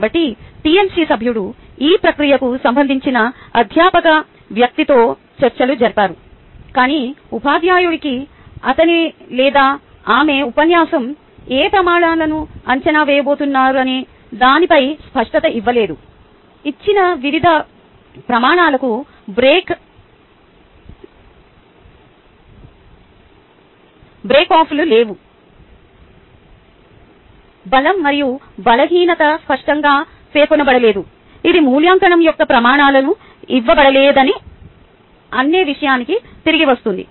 కాబట్టి టిఎల్సి సభ్యుడు ఈ ప్రక్రియకు సంబంధించి అధ్యాపక వ్యక్తితో చర్చలు జరిపారు కాని ఉపాధ్యాయుడికి అతని లేదా ఆమె ఉపన్యాసం ఏ ప్రమాణాలను అంచనా వేయబోతున్నారనే దానిపై స్పష్టత ఇవ్వలేదు ఇచ్చిన వివిధ ప్రమాణాలకు బ్రేక్ అప్లు లేవు బలం మరియు బలహీనత స్పష్టంగా పేర్కొనబడలేదు ఇది మూల్యాంకనం యొక్క ప్రమాణాలు ఇవ్వబడలేదని అన్నే విషయానికి తిరిగి వస్తుంది